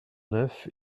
neuf